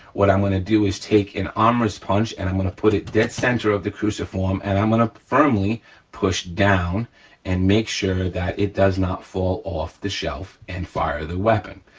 what i'm gonna do is take an armorer's punch and i'm gonna put it dead center of the cruciform and i'm gonna firmly push down and make sure that it does not fall off the shelf and fire the weapon.